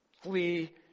Flee